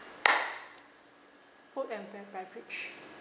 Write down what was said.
food and be~ beverage